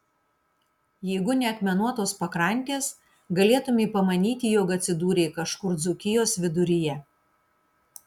jeigu ne akmenuotos pakrantės galėtumei pamanyti jog atsidūrei kažkur dzūkijos viduryje